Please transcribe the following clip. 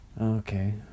Okay